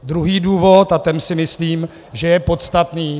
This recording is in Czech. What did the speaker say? Druhý důvod, a ten si myslím, že je podstatný.